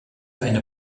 eine